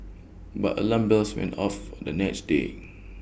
but alarm bells went off the next day